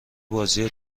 بازی